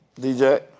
DJ